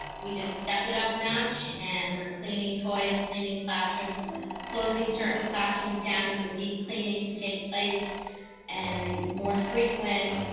we just stepped it up a notch and we're cleaning toys cleaning classrooms closing certain classrooms down so deep cleaning can take place and more frequent